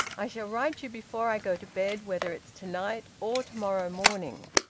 i shall write you before i go to bed whether it's to-night or to-morrow morning.